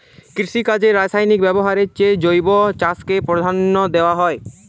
কৃষিকাজে রাসায়নিক ব্যবহারের চেয়ে জৈব চাষকে প্রাধান্য দেওয়া হয়